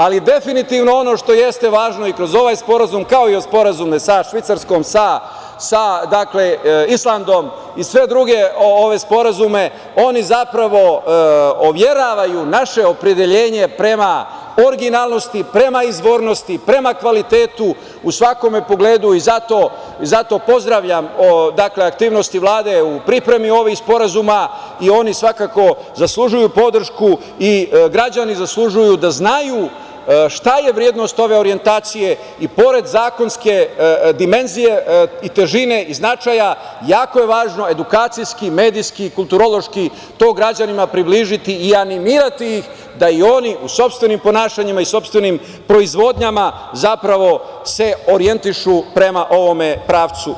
Ali, definitivno ono što jeste važno i kroz ovaj sporazum, kao i o sporazumima sa Švajcarskom, sa Islandom i sve druge ove sporazume, oni zapravo overavaju naše opredeljenje prema originalnosti, prema izvornosti, prema kvalitetu u svakom pogledu i zato pozdravljam aktivnosti Vlade u pripremi ovih sporazuma i oni svakako zaslužuju podršku i građani zaslužuju da znaju šta je vrednost ove orijentacije i pored zakonske dimenzije, težine i značaja jako je važno edukacijski, medijski, kulturološki to građanima približiti i animirati ih da i oni u sopstvenim ponašanjima i sopstvenim proizvodnjama zapravo se orijentišu prema ovome pravcu.